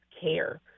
care